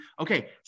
okay